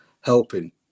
helping